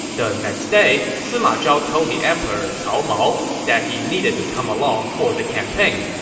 the next day, sima zhao told the emperor cao mao that he needed to come along for the campaign.